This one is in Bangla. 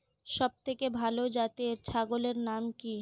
সবথেকে ভালো জাতের ছাগলের নাম কি?